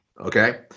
Okay